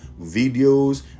videos